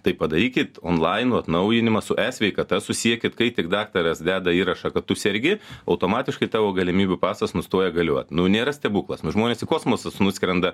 tai padarykit onlainu atnaujinimą su esveikata susiekit kai tik daktaras deda įrašą kad tu sergi automatiškai tavo galimybių pasas nustoja galiot nu nėra stebuklas nu žmonės į kosmosus nuskrenda